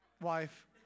Wife